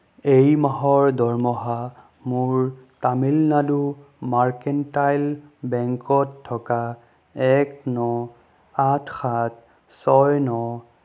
এই মাহৰ দৰমহা মোৰ তামিলনাডু মাৰ্কেণ্টাইল বেংকত থকা এক ন আঠ সাত ছয় ন